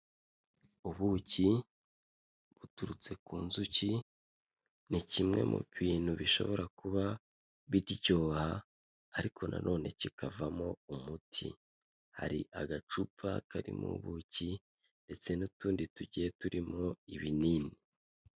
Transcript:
Ubuki buturutse ku nzuki, ni kimwe mu bintu bishobora kuba biryoha, ariko nanone kikavamo umuti, hari agacupa karimo ubuki ndetse n'utundi tugiye turimo ibinini.